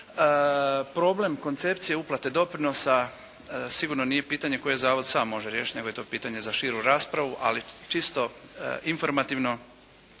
Problem koncepcije uplate doprinosa sigurno nije pitanje koje zavod sam može riješiti nego je to pitanje za širu raspravu, ali čisto informativno,